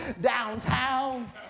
downtown